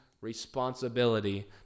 responsibility